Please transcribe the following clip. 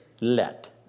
let